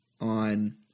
on